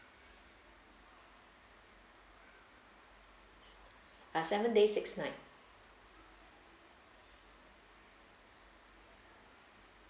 uh seven days six nights